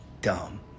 dumb